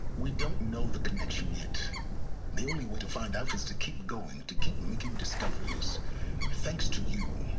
we don't know the connection yet the only way to find out is to keep going to keep making discoveries thanks to you.